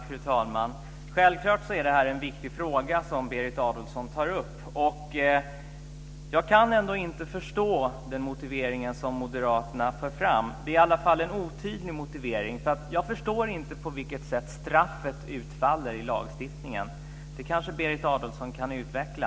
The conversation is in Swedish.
Fru talman! Självklart är det en viktig fråga som Berit Adolfsson tar upp. Jag kan inte förstå den motivering som moderaterna för fram. Det är en otydlig motivering. Jag förstår inte på vilket sätt straffet utfaller i lagstiftningen. Det kanske Berit Adolfsson kan utveckla.